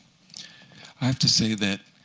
i have to say that